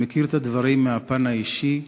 אני מכיר את הדברים מהפן האישי: